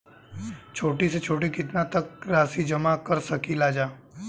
छोटी से छोटी कितना तक के राशि जमा कर सकीलाजा?